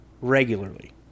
regularly